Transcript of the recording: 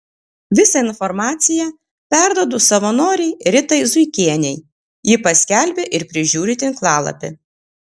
visą informaciją perduodu savanorei ritai zuikienei ji paskelbia ir prižiūri tinklalapį